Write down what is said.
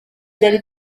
byari